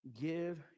give